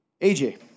AJ